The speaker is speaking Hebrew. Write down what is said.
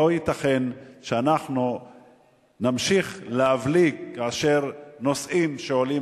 לא ייתכן שאנחנו נמשיך להבליג כאשר נושאים שעולים